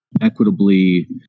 equitably